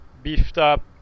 beefed-up